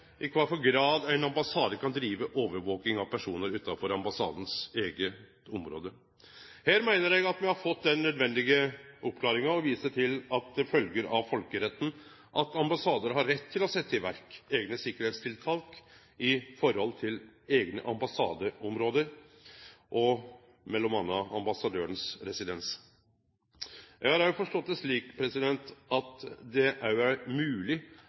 i kva for grad ein ambassade kan drive overvaking av personar utanfor ambassaden sitt eige område. Her meiner eg at me har fått den nødvendige oppklaringa, og viser til at det følgjer av folkeretten at ambassadar har rett til å setje i verk eigne sikkerheitstiltak i forhold til eige ambassadeområde og m.a. ambassadøren sin residens. Eg har òg forstått det slik at det òg er